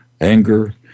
anger